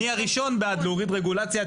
אני הראשון בעד להוריד רגולציה.